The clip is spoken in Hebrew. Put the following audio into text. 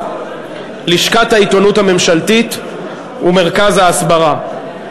לשכת העיתונות הממשלתית ומרכז ההסברה,